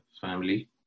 family